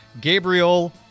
Gabriel